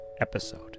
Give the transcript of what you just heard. episode